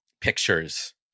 pictures